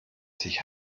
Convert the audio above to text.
sich